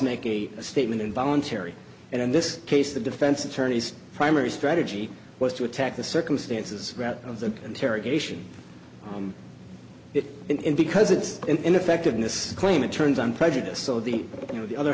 make a statement involuntary and in this case the defense attorney's primary strategy was to attack the circumstances of the interrogation on him because it's ineffectiveness claim it turns on prejudice so the